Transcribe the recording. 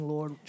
Lord